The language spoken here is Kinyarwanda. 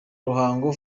ruhango